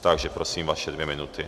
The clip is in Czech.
Takže prosím, vaše dvě minuty.